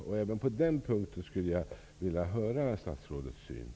Jag skulle vilja höra vad statsrådet har för synpunkter på detta.